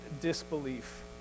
disbelief